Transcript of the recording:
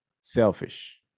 Selfish